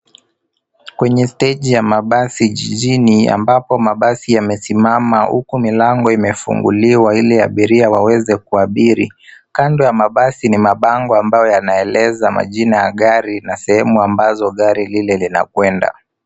Kwenye steji ya mabasi jijini ambapo mabasi yamesimama huku milango imefunguliwa ili abiria waweze kuabiri. Kando ya mabasi ni mabango ambayo yanaeleza majina ya gari na sehemu ambazo gari lile linakwenda.